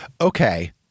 Okay